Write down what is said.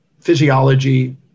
physiology